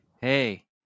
Hey